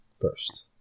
first